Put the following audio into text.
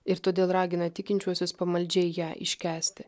ir todėl ragina tikinčiuosius pamaldžiai ją iškęsti